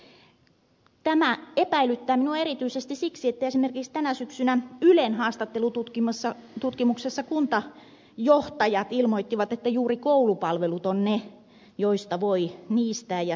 tämä epäilyttää minua erityisesti siksi että esimerkiksi tänä syksynä ylen haastattelututkimuksessa kuntajohtajat ilmoittivat että juuri koulupalvelut ovat ne joista voi niistää ja säästää